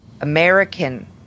american